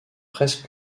presque